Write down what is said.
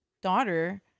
daughter